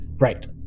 Right